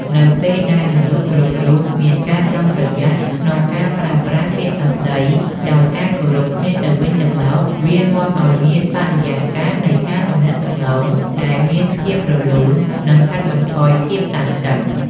នៅពេលដែលមនុស្សគ្រប់រូបមានការប្រុងប្រយ័ត្នក្នុងការប្រើប្រាស់ពាក្យសម្តីដោយការគោរពគ្នាទៅវិញទៅមក វានាំឱ្យមានបរិយាកាសនៃការទំនាក់ទំនងដែលមានភាពរលូន និងកាត់បន្ថយភាពតានតឹង។